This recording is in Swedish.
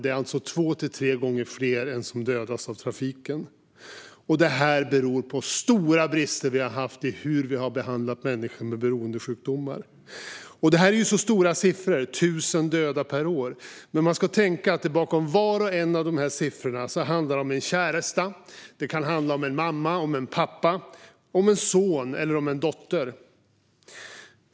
Det är alltså två till tre gånger fler än som dödas i trafiken. Detta beror på stora brister som vi har haft i hur vi har behandlat människor med beroendesjukdomar. Detta är stora siffror - 1 000 döda per år. Men man ska tänka på att det bakom varje siffra handlar om en käresta. Det kan handla om en mamma, om en pappa, om en son eller om en dotter.